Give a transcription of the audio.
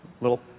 little